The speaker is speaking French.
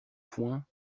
poings